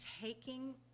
taking